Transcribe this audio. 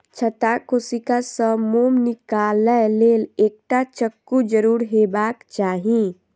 छत्ताक कोशिका सं मोम निकालै लेल एकटा चक्कू जरूर हेबाक चाही